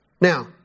Now